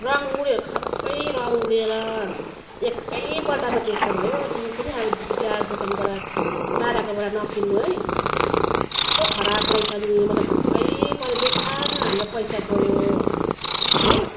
रङ उड्यो सबै रङ उडेर एकैपल्टमा त्यस्तो भयो तिमी पनि अबदेखि त्यहाँ दोकानबाट ताराकोबाट नकिन्नु है कस्तो खराब रहेछ नि म त छक्कै परेँ बेकारमा हाम्रो पैसा गयो हो